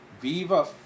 Viva